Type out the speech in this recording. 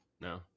No